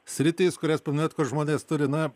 sritys kurias paminėjot kur žmonės turi na